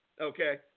okay